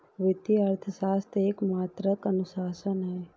वित्तीय अर्थशास्त्र एक मात्रात्मक अनुशासन है